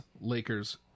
Lakers